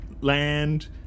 land